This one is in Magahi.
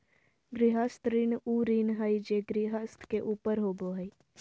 गृहस्थ ऋण उ ऋण हइ जे गृहस्थ के ऊपर होबो हइ